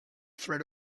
threat